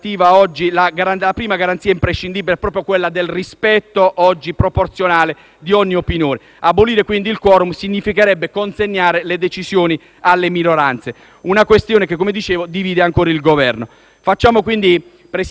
di ogni opinione. Abolire, quindi, il *quorum* significherebbe consegnare le decisioni alle minoranze. È una questione che divide ancora il Governo. Presidente, facciamo molta attenzione ai tentativi di mettere mano a certe riforme delicate